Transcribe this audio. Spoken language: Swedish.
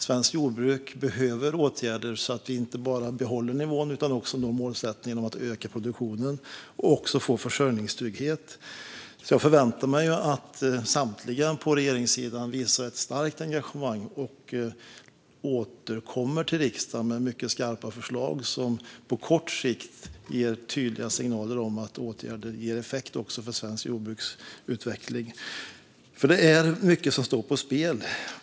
Svenskt jordbruk behöver åtgärder så att vi inte bara behåller nivån utan också har målsättningen att öka produktionen och även få försörjningstrygghet. Jag förväntar mig att samtliga partier på regeringssidan visar ett starkt engagemang och återkommer till riksdagen med mycket skarpa förslag som på kort sikt ger tydliga signaler om att åtgärder ger effekt också för utvecklingen av svenskt jordbruk. Det är nämligen mycket som står på spel.